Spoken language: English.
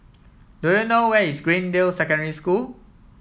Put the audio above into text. do you know where is Greendale Secondary School